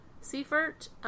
Seifert